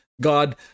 God